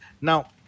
Now